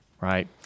right